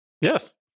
yes